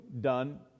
done